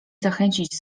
zachęcić